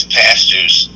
pastors